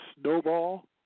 snowball